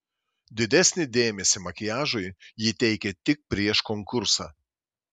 didesnį dėmesį makiažui ji teikė tik prieš konkursą